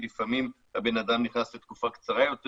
כי לפעמים הבן-אדם נכנס לתקופה קצרה יותר,